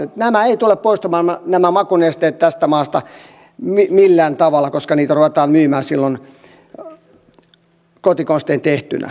nämä makunesteet eivät tule poistumaan tästä maasta millään tavalla koska niitä ruvetaan myymään silloin kotikonstein tehtyinä